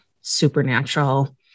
supernatural